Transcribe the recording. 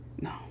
No